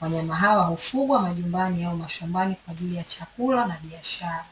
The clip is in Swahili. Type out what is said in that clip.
Wanyama hawa hufugwa majumbani au mashambani kwa ajili ya chakula na biashara.